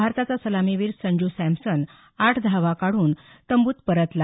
भारताचा सलामीवीर संजू सॅमसन आठ धावा करून तंबूत परतला